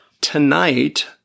tonight